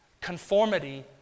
Conformity